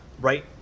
right